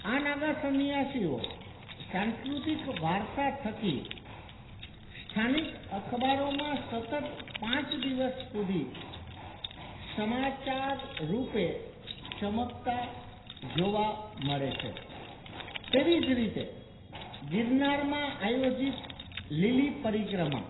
આ નાગા સન્યાસીઓ સાંસ્કૃતિક વારસા થકી સ્થાનિક અખબારોમાં સતત પાંચ દિવસ સુધી સમાચાર રૂપે ચમકતા જોવા મળે છે તેવી જ રીતે ગિરનારમાં આયોજિત લીલી પરિક્રમા